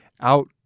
out